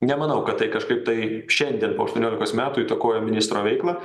nemanau kad tai kažkaip tai šiandien po aštuoniolikos metų įtakoja ministro veiklą